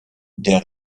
der